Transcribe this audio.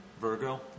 Virgo